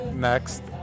Next